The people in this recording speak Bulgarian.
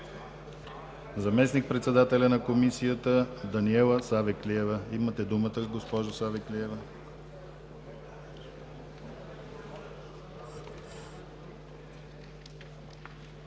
заместник-председателят на Комисията Даниела Савеклиева. Имате думата, госпожо Савеклиева.